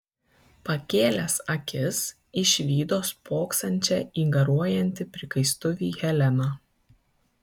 pakėlęs akis išvydo spoksančią į garuojantį prikaistuvį heleną